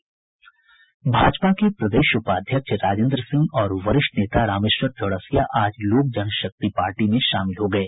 भाजपा के प्रदेश उपाध्यक्ष राजेंद्र सिंह और वरिष्ठ नेता रामेश्वर चौरसिया आज लोक जनशक्ति पार्टी में शामिल हो गये